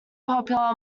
popular